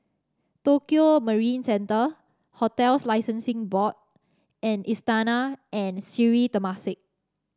Tokio Marine Centre Hotels Licensing Board and Istana and Sri Temasek